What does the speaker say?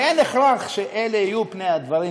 ואין הכרח שאלה יהיו פני הדברים,